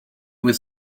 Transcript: was